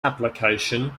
application